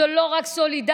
זו לא רק סולידריות,